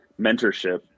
mentorship